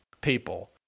people